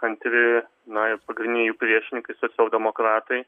antri na ir pagrindiniai jų priešininkai socialdemokratai